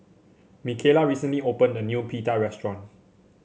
Mikaela recently opened a new Pita restaurant